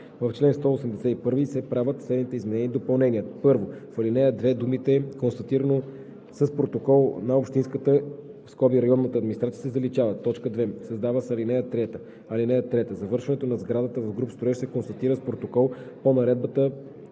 В чл. 181 се правят следните изменения и допълнения: 1. В ал. 2 думите „констатирано с протокол на общинската (районната) администрация“ се заличават.“ 2. Създава се ал. 3: „(3) Завършването на сградата в груб строеж се констатира с протокол по Наредбата